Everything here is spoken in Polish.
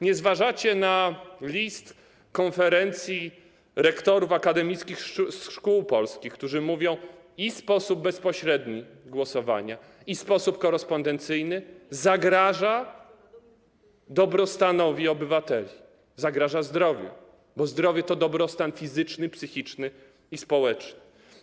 Nie zważacie na list Konferencji Rektorów Akademickich Szkół Polskich, którzy mówią: i sposób bezpośredni głosowania, i sposób korespondencyjny zagrażają dobrostanowi obywateli, zagrażają zdrowiu, bo zdrowie to dobrostan fizyczny, psychiczny i społeczny.